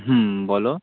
হুম বলো